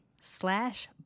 slash